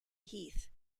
heath